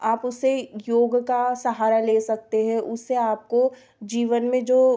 आप उससे योग का सहारा ले सकते हैं उससे आपको जीवन में जो